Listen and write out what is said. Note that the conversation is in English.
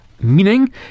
meaning